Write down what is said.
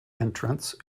entrance